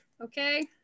okay